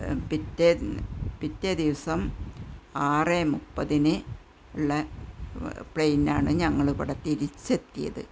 പിറ്റേ പിറ്റേ ദിവസം ആറെ മുപ്പതിന് ഉള്ള പ്ലെയിനിനാണ് ഞങ്ങളിവിടെ തിരിച്ച് എത്തിയത്